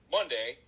Monday